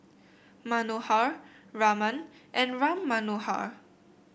Manohar Raman and Ram Manohar